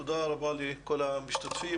תודה רבה לכל המשתתפים,